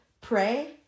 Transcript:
pray